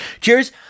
Cheers